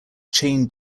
chain